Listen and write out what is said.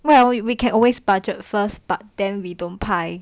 well we can always budget first but then we don't 拍